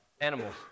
animals